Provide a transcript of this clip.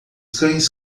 cães